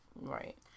right